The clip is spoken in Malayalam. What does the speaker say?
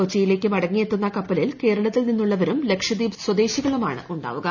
കൊച്ചിയിലേക്ക് മടങ്ങിയെത്തുന്ന കപ്പലിൽ കേരളത്തിൽ നിന്നുള്ളവരും ലക്ഷദ്വീപ് സ്വദേശികളുമാവും ഉണ്ടാവുക